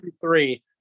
three